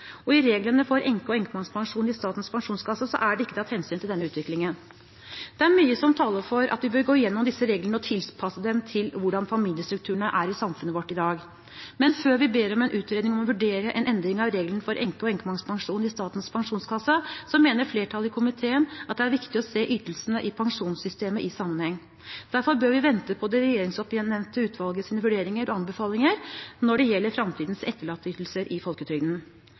Og i reglene for enke-/enkemannspensjon i Statens pensjonskasse er det ikke tatt hensyn til denne utviklingen. Det er mye som taler for at vi bør gå gjennom disse reglene og tilpasse dem til hvordan familiestrukturene er i samfunnet vårt i dag, men før vi ber om en utredning om å vurdere en endring av reglene for enke-/enkemannspensjon i Statens pensjonskasse, mener flertallet i komiteen at det er viktig å se ytelsene i pensjonssystemet i sammenheng. Derfor bør vi vente på det regjeringsoppnevnte utvalgets vurderinger og anbefalinger når det gjelder framtidens etterlatteytelser i folketrygden.